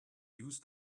use